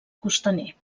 costaner